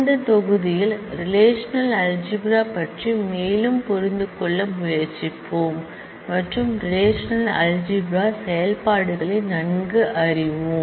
இந்த விரிவுரையில் ரெலேஷனல்அல்ஜிப்ரா பற்றி மேலும் புரிந்துகொள்ள முயற்சிப்போம் மற்றும் ரெலேஷனல்அல்ஜிப்ரா செயல்பாடுகளை நன்கு அறிவோம்